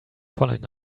following